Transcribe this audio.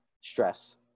stress